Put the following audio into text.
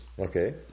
Okay